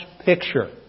picture